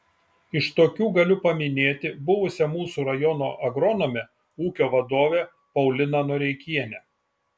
iš tokių galiu paminėti buvusią mūsų rajono agronomę ūkio vadovę pauliną noreikienę